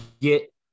get